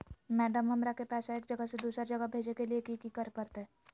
Madam, हमरा के पैसा एक जगह से दुसर जगह भेजे के लिए की की करे परते?